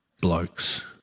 blokes